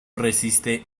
resiste